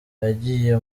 yagiye